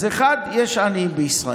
אז 1. יש עניים בישראל,